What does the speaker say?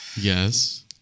Yes